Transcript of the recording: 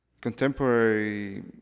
contemporary